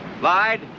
Lied